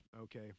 Okay